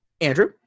Andrew